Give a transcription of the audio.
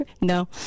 No